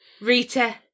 Rita